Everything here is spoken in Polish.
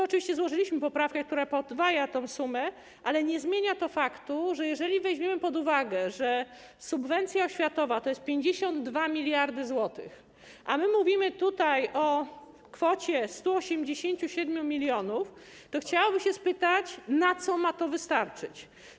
Oczywiście złożyliśmy poprawkę, która zakłada podwojenie tej sumy, ale nie zmienia to faktu, że jeżeli weźmiemy pod uwagę, że subwencja oświatowa to jest 52 mld zł, a my mówimy tutaj o kwocie 187 mln, to chciałoby się spytać, na co ma to wystarczyć.